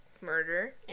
murder